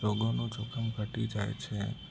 રોગો નું જોખમ ઘટી જાય છે